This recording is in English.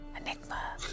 Enigma